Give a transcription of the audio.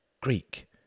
Greek